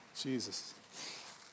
Jesus